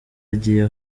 agiye